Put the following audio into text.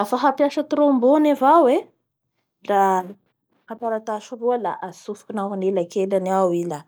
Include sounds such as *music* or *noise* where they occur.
Eeee! lafa hampiasa trombony avao e, la *noise* taratasy roa la atsofikinao anelakelany ao i la apetakinao soa i la mipetaky amizay trombony igny.